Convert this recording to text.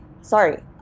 Sorry